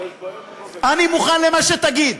אני מוכן למה שתגיד.